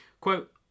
Quote